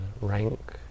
rank